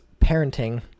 parenting